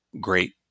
great